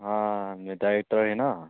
ꯑꯥ ꯃꯦ ꯗꯥꯏꯔꯦꯛꯇꯔ ꯍꯦꯅꯥ